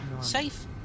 safe